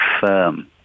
firm